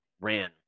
ran